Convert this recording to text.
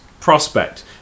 prospect